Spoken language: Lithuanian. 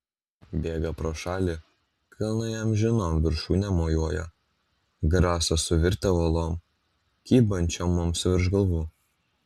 bėga pro šalį kalnai amžinom viršūnėm mojuoja graso suvirtę uolom kybančiom mums virš galvų